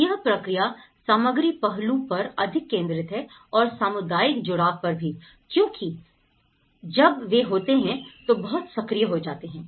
तो यह प्रक्रिया सामग्री पहलू पर अधिक केंद्रित है और सामुदायिक जुड़ाव पर भी क्योंकि है जब वे होते हैं तो बहुत सक्रिय हो है